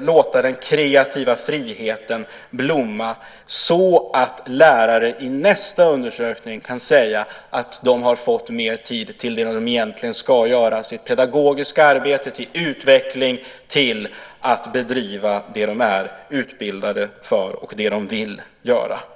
låta den kreativa friheten blomma, så att lärare i nästa undersökning kan säga att de har fått mer tid till det de egentligen ska göra, sitt pedagogiska arbete, till utveckling och till att bedriva det som de är utbildade för och vill göra.